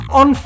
on